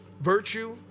virtue